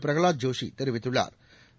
பிரகலாத் ஜோஷி தெரிவித்துள்ளாா்